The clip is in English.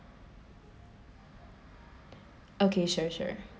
okay sure sure